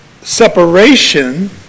separation